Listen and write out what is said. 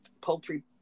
poultry